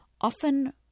often